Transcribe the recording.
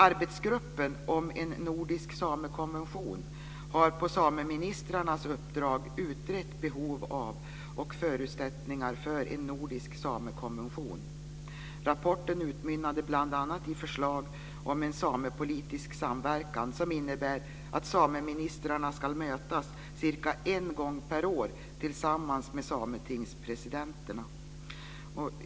Arbetsgruppen för en nordisk samekonvention har på sameministrarnas uppdrag utrett behov av och förutsättningar för en nordisk samekonvention. Rapporten utmynnade bl.a. i förslag om en samepolitisk samverkan som innebär att sameministrarna ska mötas cirka en gång per år tillsammans med sametingspresidenterna.